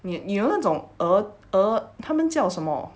你你有那种 err err 他们叫什么